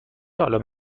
عالم